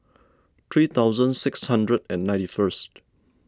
three thousand six hundred and ninety first